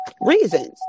reasons